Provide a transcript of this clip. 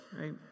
right